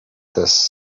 this